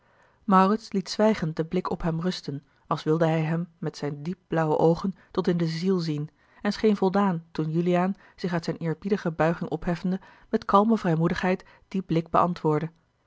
liet zwijgend den blik op hem rusten als wilde hij hem met zijne diep blauwe oogen tot in de ziel zien en scheen voldaan toen juliaan zich uit zijne eerbiedige buiging opheffende met kalme vrijmoedigheid dien blik beantwoordde